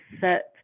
set